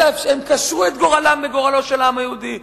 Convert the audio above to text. הם קשרו את גורלם בגורלו של העם היהודי,